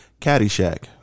Caddyshack